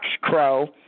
crow